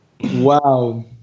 Wow